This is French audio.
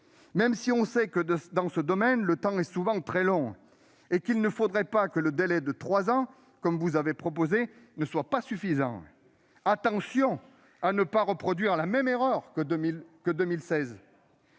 même si l'on sait que, dans ce domaine, le temps est souvent très long. Il ne faudrait pas que le délai de trois ans que vous avez proposé soit insuffisant ; attention à ne pas reproduire la même erreur qu'en 2016.